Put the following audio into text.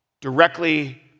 directly